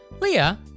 Leah